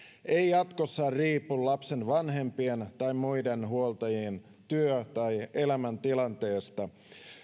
ei jatkossa riipu lapsen vanhempien tai muiden huoltajien työ tai elämäntilanteesta